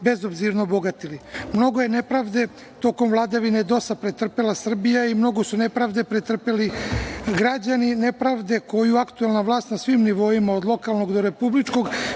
bezobzirno bogatili. Mnogo je nepravde tokom vladavine DOS-a pretrpela Srbija i mnogo su nepravde pretrpeli građani, nepravde koju aktuelna vlast na svim nivoima od lokalnog do republičkoj